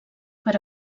per